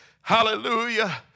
Hallelujah